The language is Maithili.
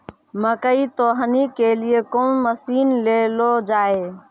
मकई तो हनी के लिए कौन मसीन ले लो जाए?